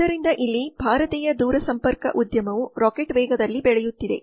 ಆದ್ದರಿಂದ ಇಲ್ಲಿ ಭಾರತೀಯ ದೂರಸಂಪರ್ಕ ಉದ್ಯಮವು ರಾಕೆಟ್ ವೇಗದಲ್ಲಿ ಬೆಳೆಯುತ್ತಿದೆ